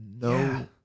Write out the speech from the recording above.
No